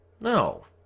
No